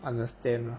understand lah